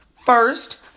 first